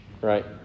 right